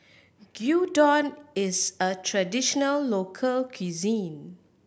gyudon is a traditional local cuisine